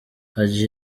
hadji